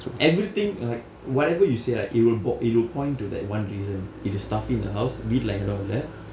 everything like whatever you say right it will poi~ it will point to that one reason it is stuffy in the house வீட்டில இடம் இல்ல:vittila idam illa